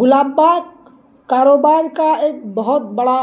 گلاب باغ کاروبار کا ایک بہت بڑا